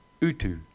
utu